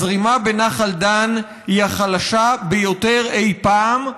הזרימה בנחל דן היא החלשה ביותר אי-פעם,